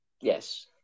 Yes